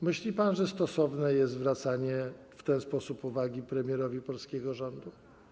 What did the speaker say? Myśli pan, że stosowne jest zwracanie w ten sposób uwagi premierowi polskiego rządu?